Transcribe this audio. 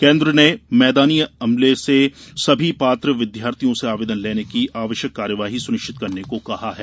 केन्द्र ने मैदानी अधिकारियों से सभी पात्र विद्यार्थियों से आवेदन लेने की आवश्यक कार्यवाही सुनिश्चित करने को कहा है